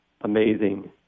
amazing